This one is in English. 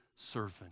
Servant